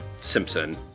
Simpson